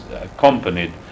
accompanied